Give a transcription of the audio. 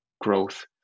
growth